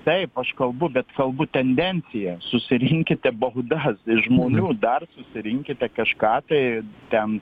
taip aš kalbu bet kalbu tendencija susirinkite baudas žmonių dar susirinkite kažką tai ten